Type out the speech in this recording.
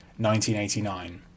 1989